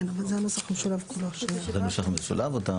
נוסח משולב או מקורי?